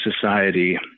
society